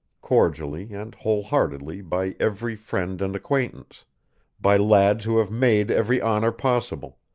cordially and whole-heartedly by every friend and acquaintance by lads who have made every honor possible,